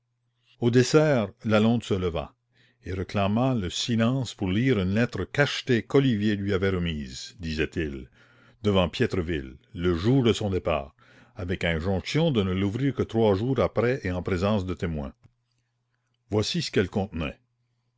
au dessert lalonde se leva et réclama le silence pour lire une lettre cachetée qu'olivier lui avait remise disait-il devant piétreville le jour de son départ avec injonction de ne l'ouvrir que trois jours après et en présence de témoins voici ce qu'elle contenait